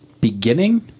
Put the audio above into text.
beginning